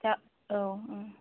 दा औ